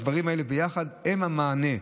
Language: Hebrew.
הדברים האלה ביחד הם המענה,